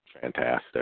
fantastic